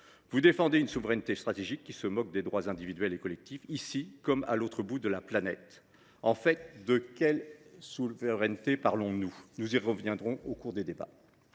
vous défendez une souveraineté stratégique qui se moque des droits individuels et collectifs, ici, comme à l’autre bout de la planète. De quelle souveraineté s’agit il donc ? Nous y reviendrons au cours des débats.